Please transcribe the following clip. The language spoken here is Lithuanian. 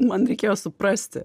man reikėjo suprasti